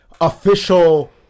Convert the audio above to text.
official